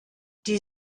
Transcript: die